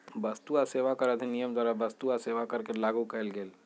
वस्तु आ सेवा कर अधिनियम द्वारा वस्तु आ सेवा कर के लागू कएल गेल